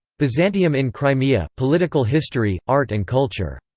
byzantium in crimea political history, art and culture.